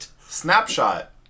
Snapshot